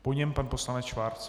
Po něm pan poslanec Schwarz.